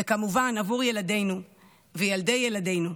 וכמובן עבור ילדינו וילדי ילדינו,